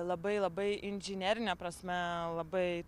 labai labai inžinerine prasme labai